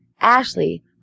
Ashley